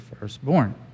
firstborn